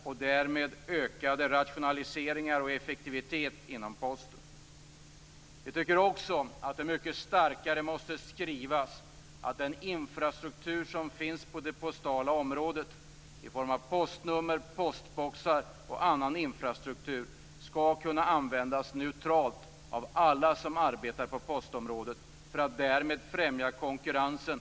Det har blivit ökade rationaliseringar och mer effektivitet inom Posten. Vi tycker också att det mycket starkare måste skrivas att den infrastruktur som finns på det postala området i form av exempelvis postnummer och postboxar skall kunna användas neutralt av alla som arbetar på postområdet. Därmed främjas konkurrensen.